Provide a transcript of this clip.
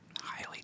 Highly